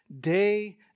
day